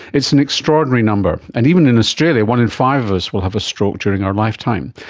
it's an extraordinary number. and even in australia one in five of us will have a stroke during our lifetime.